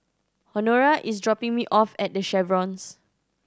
Honora is dropping me off at The Chevrons